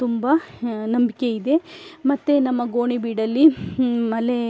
ತುಂಬ ನಂಬಿಕೆಯಿದೆ ಮತ್ತೆ ನಮ್ಮ ಗೋಣಿ ಬೀಡಲ್ಲಿ ಮಲೇ